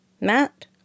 Matt